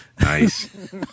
Nice